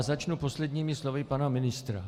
Začnu posledními slovy pana ministra.